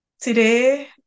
Today